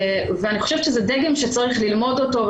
אני חושבת שזה דגם שצריך ללמוד אותו.